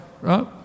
right